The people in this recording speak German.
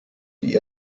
die